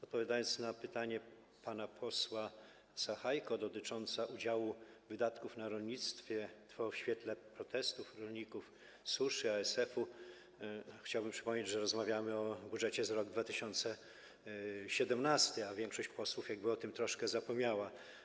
Odpowiadając na pytanie pana posła Sachajki dotyczące udziału wydatków na rolnictwo w świetle protestów rolników, suszy, ASF-u, chciałbym przypomnieć, że rozmawiamy o budżecie za rok 2017, a większość posłów jakby troszkę o tym zapomniała.